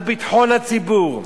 על ביטחון הציבור,